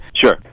sure